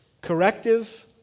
corrective